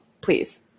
please